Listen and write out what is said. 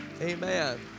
Amen